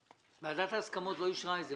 ועדת ההסכמות לא אישרה את זה.